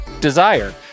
Desire